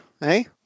Hey